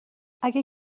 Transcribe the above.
اگه